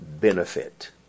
benefit